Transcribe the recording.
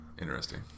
Interesting